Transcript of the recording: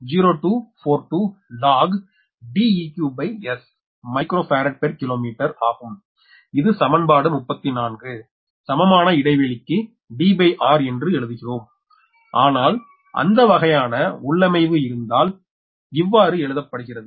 0242log DeqDsமைக்ரோ farad per kilometre ஆகும் இது சமன்பாடு 34 சமமான இடைவெளிக்கு Dr என்று எழுதுகிறோம் ஆனால் அந்த வகையான உள்ளமைவு இருந்தால் இவ்வாறு எழுதப்படுகிறது